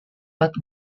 but